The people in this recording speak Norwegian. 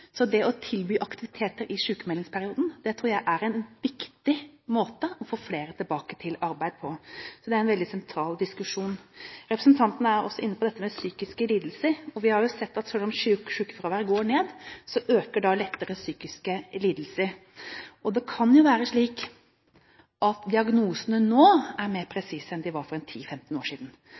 Så det å tilby aktivitet i sykmeldingsperioden tror jeg er en viktig måte å få flere tilbake i arbeid på. Det er en veldig sentral diskusjon. Representanten er også inne på dette med psykiske lidelser. Vi har jo sett at selv om sykefraværet går ned, øker lettere psykiske lidelser. Det kan jo være slik at diagnosene nå er mer presise enn de var for 10–15 år siden.